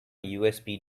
usb